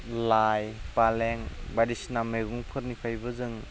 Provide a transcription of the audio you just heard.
लाइ फालें बायदिसिना मैगंनिफ्रायबो जों